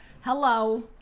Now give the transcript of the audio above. Hello